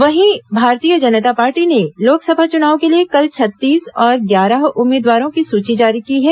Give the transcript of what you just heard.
वहीं भारतीय जनता पार्टी ने लोकसभा चुनाव के लिये कल छत्तीस और ग्यारह उम्मीदवारों की सूची जारी की है